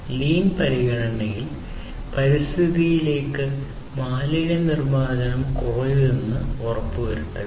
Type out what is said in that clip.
മെലിഞ്ഞ പരിഗണനയിൽ പരിസ്ഥിതിയിലേക്ക് മാലിന്യ നിർമാർജനം കുറയുന്നുവെന്ന് ഉറപ്പുവരുത്തുക